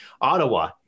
Ottawa